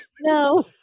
No